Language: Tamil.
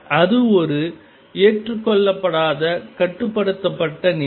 அது ஒரு ஏற்றுக்கொள்ளப்படாத கட்டுப்படுத்தப்பட்ட நிலை